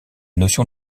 notion